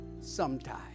sometime